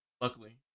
luckily